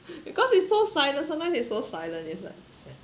because it's so silent sometimes it's so silent it's like sian